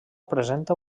presenta